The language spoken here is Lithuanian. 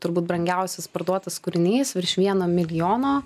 turbūt brangiausias parduotas kūrinys virš vieno milijono